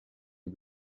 est